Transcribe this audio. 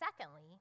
secondly